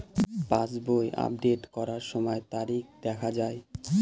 পাসবই update করার সময়ে তারিখ দেখা য়ায়?